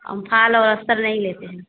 हम फाल और अस्तर नहीं लेते हैं